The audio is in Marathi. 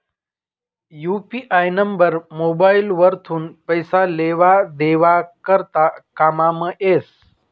यू.पी.आय नंबर मोबाइल वरथून पैसा लेवा देवा करता कामंमा येस